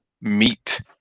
meet